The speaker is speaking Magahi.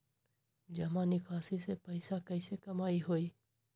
जमा निकासी से पैसा कईसे कमाई होई?